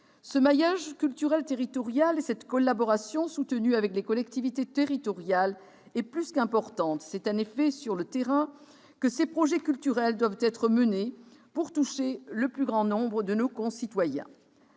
Ce maillage culturel territorial et cette collaboration soutenue avec les collectivités territoriales sont plus qu'importantes. C'est en effet sur le terrain que ces projets culturels doivent être menés pour toucher le plus grand nombre de nos concitoyens